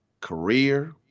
career